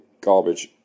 garbage